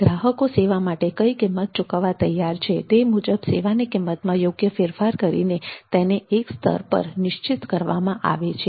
ગ્રાહકો સેવા માટે કઈ કિંમત ચૂકવવા તૈયાર છે તે મુજબ સેવાની કિંમતમાં યોગ્ય ફેરફાર કરીને તેને એક સ્તર પર નિશ્ચિત કરવામાં આવે છે